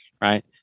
right